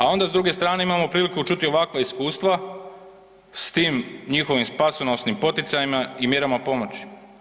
A onda s druge strane imamo priliku čuti ovakva iskustva s tim njihovim spasonosnim poticajima i mjerama pomoći.